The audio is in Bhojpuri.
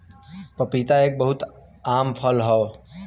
पपीता एक बहुत आम फल हौ